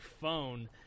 phone